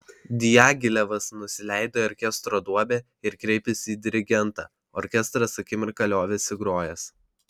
diagilevas nusileido į orkestro duobę ir kreipėsi į dirigentą orkestras akimirką liovėsi grojęs